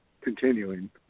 continuing